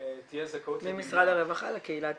תהיה זכאות -- ממשרד הרווחה לקהילה הטיפולית.